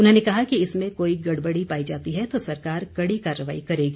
उन्होंने कहा कि इसमें कोई गड़बड़ी पाई जाती है तो सरकार कड़ी कार्रवाई करेगी